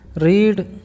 read